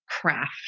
craft